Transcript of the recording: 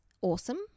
awesome